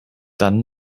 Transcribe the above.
dann